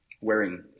wearing